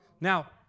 Now